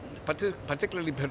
particularly